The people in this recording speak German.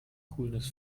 coolness